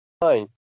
fine